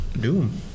Doom